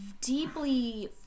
deeply